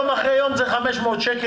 אם תפסו אותי יום אחרי יום הקנס הוא 500 שקל.